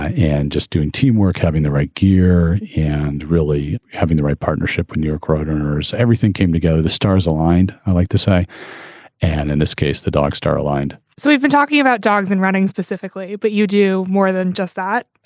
and just doing teamwork, having the right gear and really having the right partnership when you're crowder's. everything came to go, the stars aligned. i'd like to say and in this case, the dog star aligned so we've been talking about dogs and running specifically, but you do more than just that.